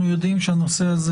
אנחנו יודעים שהנושא הזה